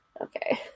Okay